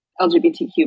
LGBTQ